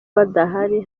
badahari